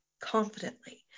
confidently